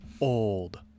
old